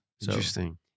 interesting